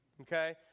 okay